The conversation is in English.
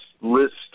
list